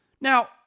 Now